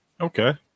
Okay